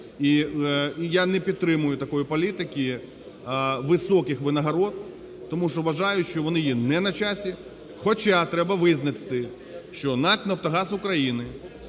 І я не підтримую такої політики високих винагород, тому що вважаю, що вони є не на часі. Хоч треба визнати, що НАК "Нафтогаз України"